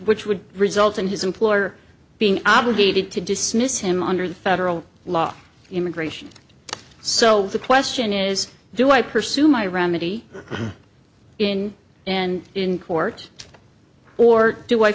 which would result in his employer being obligated to dismiss him under the federal law immigration so the question is do i pursue my remedy in and in court or do i